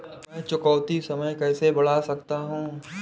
मैं चुकौती समय कैसे बढ़ा सकता हूं?